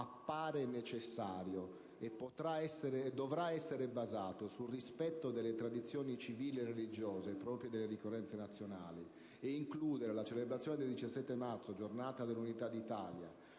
appare necessario e dovrà essere basato sul rispetto delle tradizioni civili e religiose proprie delle ricorrenze nazionali, e includerà la celebrazione del 17 marzo, giornata dell'Unità d'Italia;